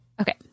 okay